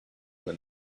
for